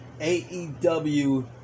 AEW